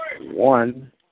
One